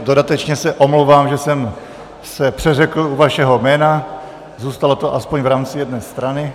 Dodatečně se omlouvám, že jsem se přeřekl u vašeho jména, zůstalo to aspoň v rámci jedné strany.